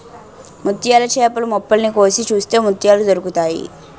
ముత్యాల చేపలు మొప్పల్ని కోసి చూస్తే ముత్యాలు దొరుకుతాయి